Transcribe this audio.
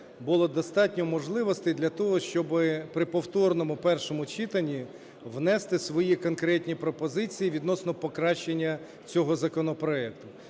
було достатньо можливостей для того, щоби при повторному першому читанні внести свої конкретні пропозиції відносно покращання цього законопроекту.